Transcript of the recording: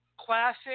classic